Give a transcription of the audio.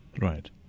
Right